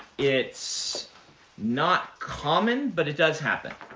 it's not common, but it does happen.